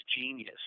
genius